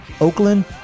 Oakland